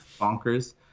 bonkers